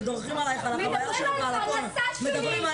מדברים על הפרנסה שלי.